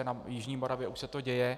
Na jižní Moravě už se to děje.